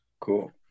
Cool